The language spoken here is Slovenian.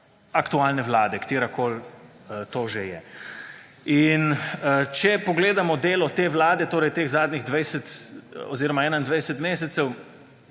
aktualne vlade, katerakoli to že je. In če pogledamo delo te vlade, torej teh zadnjih 20 oziroma 21 mesecev,